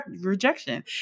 rejection